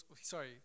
sorry